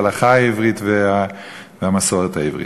ההלכה העברית והמסורת העברית.